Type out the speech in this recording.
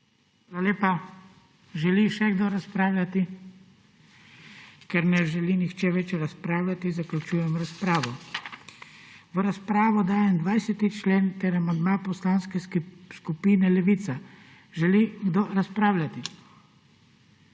Levica. Želi kdo razpravljati? Ker ne želi nihče več razpravljati, zaključujem razpravo. V razpravo dajem 25. člen ter amandma Poslanske skupine Levica. Želi kdo razpravljati?